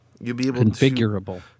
Configurable